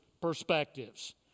perspectives